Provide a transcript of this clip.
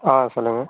ஆ சொல்லுங்கள்